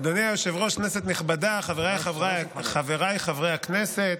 אדוני היושב-ראש, כנסת נכבדה, חבריי חברי הכנסת,